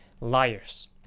liars